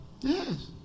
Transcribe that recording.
Yes